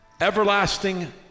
everlasting